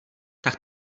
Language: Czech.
tak